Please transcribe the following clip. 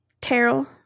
Terrell